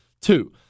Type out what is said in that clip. Two